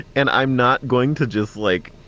and i'm not going to just like,